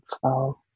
flow